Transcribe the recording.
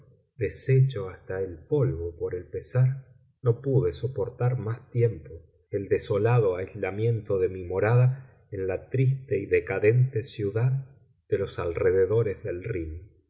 deshecho hasta el polvo por el pesar no pude soportar más tiempo el desolado aislamiento de mi morada en la triste y decadente ciudad de los alrededores del rhin